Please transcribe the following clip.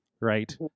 right